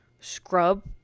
scrub